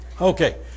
Okay